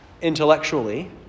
intellectually